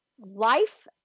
life